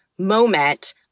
moment